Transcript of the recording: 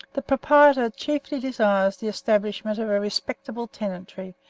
the proprietor chiefly desires the establishment of a respectable tenantry,